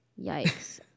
Yikes